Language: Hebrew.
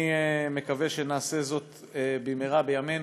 אני מקווה שנעשה זאת במהרה בימינו,